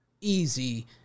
easy